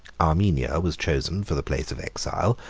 armenia was chosen for the place of exile,